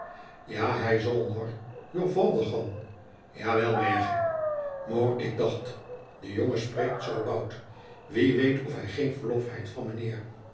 ja hij zoû noàr j'o voâder goân jawel mergen moâr ik dacht de jongen spreekt zoo bout wie weet of hij geen verlof heit van